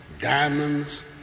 diamonds